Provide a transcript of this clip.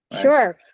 Sure